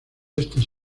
estos